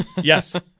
Yes